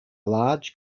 large